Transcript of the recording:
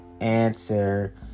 answer